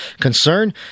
Concern